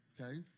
Okay